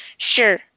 Sure